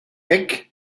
hekk